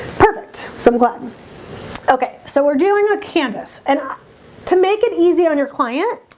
perfect some glass okay, so we're doing a canvass and to make it easy on your client